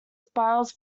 spirals